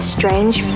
Strange